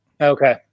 Okay